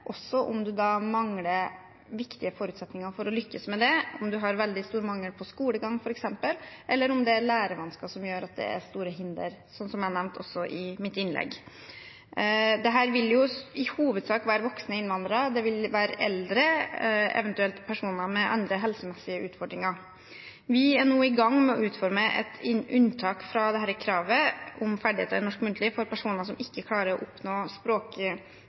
også om man mangler viktige forutsetninger for å lykkes med det – om man f.eks. har stor mangel på skolegang, eller om lærevansker gjør at det er store hindre, som jeg også nevnte i mitt innlegg. Dette vil i hovedsak gjelde voksne innvandrere, eldre, eventuelt personer med andre helsemessige utfordringer. Vi er nå i gang med å utforme et unntak fra kravet om ferdigheter i norsk muntlig for personer som ikke klarer å oppnå